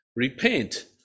Repent